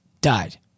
died